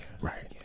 Right